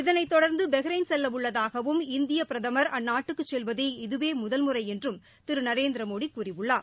இதனை தொடர்ந்து பஹ்ரைன் செல்ல உள்ளதாகவும் இந்திய பிரதமர் அந்நாட்டுக்கு செல்வது இதுவே முதல்முறை என்றும் திரு நரேந்திர மோடி கூறியுள்ளார்